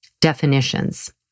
definitions